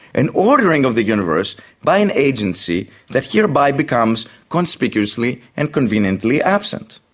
an ordering of the universe by an agency that hereby becomes conspicuously and conveniently absent.